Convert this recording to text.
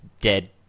dead